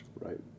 Right